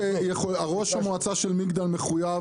ראש המועצה של מגדל מחויב,